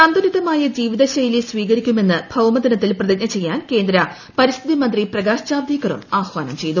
സന്തുലിതമായ ജീവിതശൈലി സ്വീകരിക്കുമെന്ന് ഭൌമദിനത്തിൽ പ്രതിജ്ഞ ചെയ്യാൻ കേന്ദ്ര പരിസ്ഥിതി മന്ത്രി പ്രകാശ് ജാവ്ദേക്കറും ആഹ്വാനം ചെയ്തു